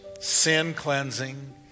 sin-cleansing